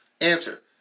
Answer